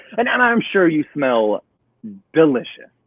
and and i'm sure you smell delicious.